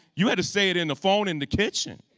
you had to say it in the phone in the kitchen.